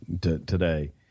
today